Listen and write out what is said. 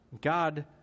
God